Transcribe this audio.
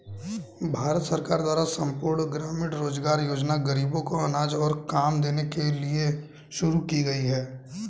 भारत सरकार द्वारा संपूर्ण ग्रामीण रोजगार योजना ग़रीबों को अनाज और काम देने के लिए शुरू की गई है